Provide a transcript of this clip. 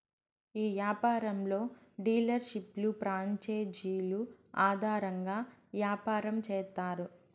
ఈ యాపారంలో డీలర్షిప్లు ప్రాంచేజీలు ఆధారంగా యాపారం చేత్తారు